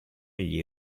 gli